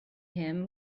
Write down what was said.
him